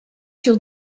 sur